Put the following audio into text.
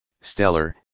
Stellar